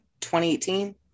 2018